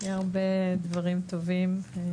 היה הרבה דברים טובים.